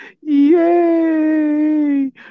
yay